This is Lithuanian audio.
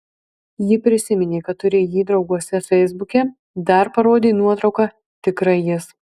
ji prisiminė kad turi jį drauguose feisbuke dar parodė nuotrauką tikrai jis